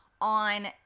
on